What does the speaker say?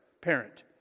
parent